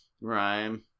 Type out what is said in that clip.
Rhyme